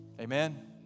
Amen